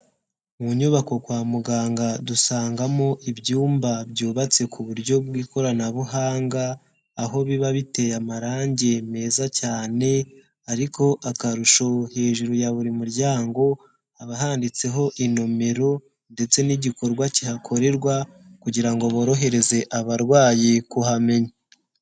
Mu nyubako kwa muganga dusangamo ibyumba byubatse ku buryo bw'ikoranabuhanga, aho biba biteye amarangi meza cyane, ariko akarusho hejuru ya buri muryango haba handitseho inomero ndetse n'igikorwa kihakorerwa, kugira ngo borohereze abarwayi kuhamenya.